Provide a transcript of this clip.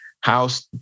house